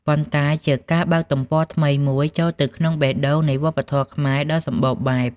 ប៉ុន្តែជាការបើកទំព័រថ្មីមួយចូលទៅក្នុងបេះដូងនៃវប្បធម៌ខ្មែរដ៏សម្បូរបែប។